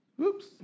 oops